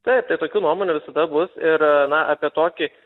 taip tai tokių nuomonių visada bus ir na apie tokį